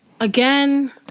Again